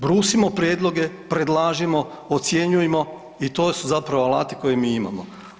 Brusimo prijedloge, predlažimo, ocjenjujmo i to su zapravo alati koje mi imamo.